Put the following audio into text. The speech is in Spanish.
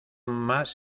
más